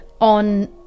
on